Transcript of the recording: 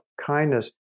kindness